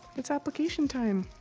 it's application time.